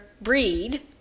breed